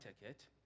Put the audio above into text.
ticket